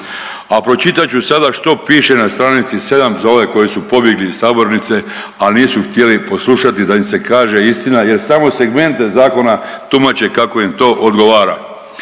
A pročitat ću sada što piše na stranici 7. za ove koji su pobjegli iz sabornice, a nisu htjeli poslušati da im se kaže istina, jer samo segmente zakona tumače kako im to odgovara.